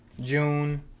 June